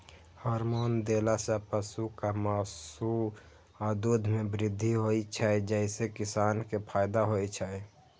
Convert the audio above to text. hormone देला सं पशुक मासु आ दूध मे वृद्धि होइ छै, जइसे किसान कें फायदा होइ छै